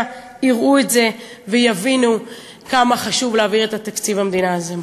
יראו את זה ויבינו כמה חשוב להעביר את תקציב המדינה הזה מחר.